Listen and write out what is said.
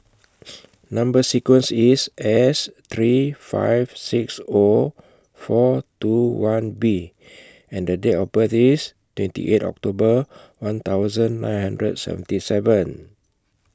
Number sequence IS S three five six Zero four two one B and The Date of birth IS twenty eight October one thousand nine hundred seventy seven